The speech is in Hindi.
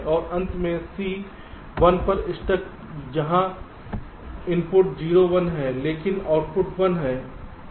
और अंत में C 1 पर स्टक जहां इनपुट 0 1 है लेकिन आउटपुट 1 है